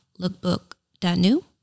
lookbook.new